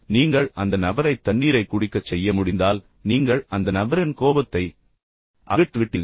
இப்போது நீங்கள் அந்த நபரை தண்ணீரைக் குடிக்கச் செய்ய முடிந்தால் நீங்கள் உண்மையில் அந்த நபரின் கோபத்தை அகற்றிவிட்டீர்கள்